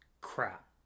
Crap